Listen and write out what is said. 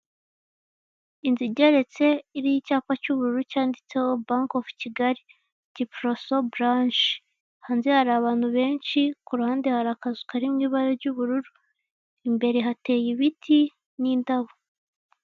Inzu igeretse, iriho icyapa cy'ubururu cyanditseho Bank of Kigali, Giporoso branch. Hanze hari abantu benshi, ku ruhande hari akazu kari mu ibara ry'ubururu. Imbere hateye ibiti n'indabo.